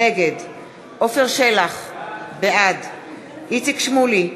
נגד עפר שלח, בעד איציק שמולי,